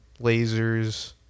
lasers